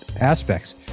aspects